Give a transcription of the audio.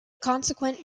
consequent